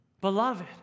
Beloved